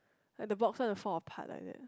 like the boxes will fall apart like that